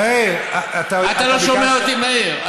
איך אתם, אתה לא שומע אותי, מאיר.